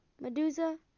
Medusa